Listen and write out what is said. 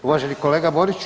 Uvaženi kolega Boriću.